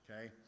Okay